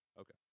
Okay